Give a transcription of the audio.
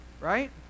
right